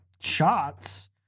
shots